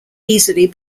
easily